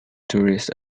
tourist